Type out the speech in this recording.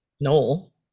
Noel